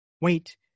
Wait